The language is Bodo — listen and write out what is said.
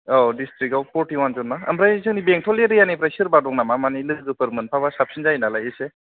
औ दिस्ट्रिक्टाव फरटिउवानजोनना ओमफ्राय जोंनि बेंटल एरियानिफ्राय सोरबा दंमोनना माने लोगोफोर मोनफाबा साबसिन जायो नालाय एसे